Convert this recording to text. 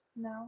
No